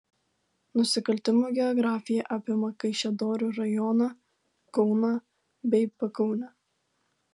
nusikaltimų geografija apima kaišiadorių rajoną kauną bei pakaunę